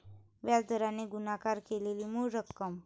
व्याज दराने गुणाकार केलेली मूळ रक्कम